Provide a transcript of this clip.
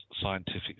scientific